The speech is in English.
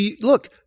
look